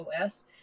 OS